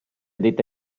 detta